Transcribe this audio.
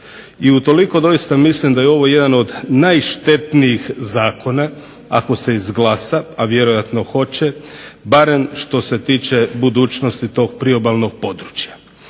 I utoliko doista mislim da je ovo jedan od najštetnijih zakona ako se izglasa, a vjerojatno hoće, barem što se tiče budućnosti tog priobalnog područja.